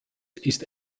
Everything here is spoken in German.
ist